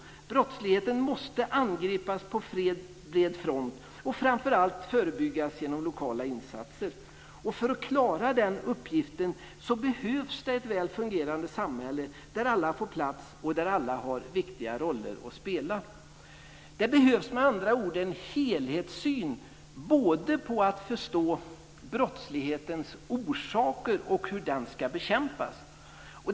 Brottsligheten måste angripas på bred front, och framför allt förebyggas genom lokala insatser. För att klara den uppgiften behövs det ett väl fungerande samhälle där alla får plats och där alla har viktiga roller att spela. Det behövs med andra ord en helhetssyn när det gäller att både förstå brottslighetens orsaker och hur den ska bekämpas.